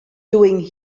doing